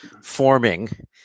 forming –